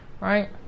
right